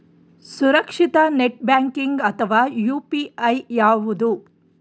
ಸುರಕ್ಷಿತ net banking ಅಥವಾ UPI ಯಾವುದು?